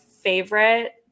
favorite